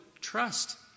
trust